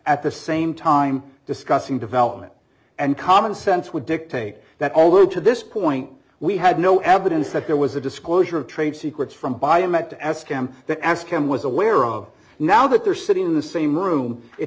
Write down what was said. at the same time discussing development and common sense would dictate that although to this point we had no evidence that there was a disclosure of trade secrets from biomet as cam to ask him was aware of now that they're sitting in the same room it